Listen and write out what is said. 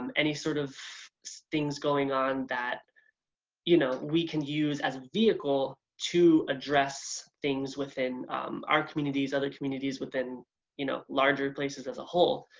and any sort of things going on that you know we can use as a vehicle to address things within our communities, other communities, within you know larger places as a whole.